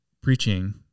preaching